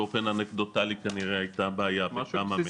באופן אנקדוטלי כנראה הייתה בעיה בכמה מהן.